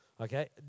okay